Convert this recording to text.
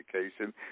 education